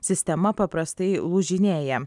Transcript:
sistema paprastai lūžinėja